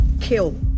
kill